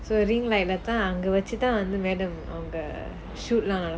ring light leh தான் அங்க வெச்சி தான்:thaan anga vechi thaan madam அவங்க:avanga shoot leh நடக்கும்:nadakkum